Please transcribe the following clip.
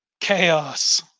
chaos